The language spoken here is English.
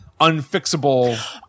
unfixable